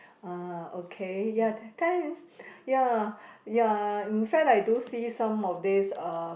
ah okay ya t~ thanks ya ya in fact I do see some of this uh